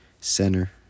center